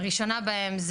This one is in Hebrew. הראשונה בהן,